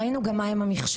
ראינו גם מה הם המכשולים.